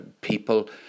people